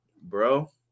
bro